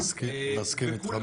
אני מסכים איתך במאה אחוז.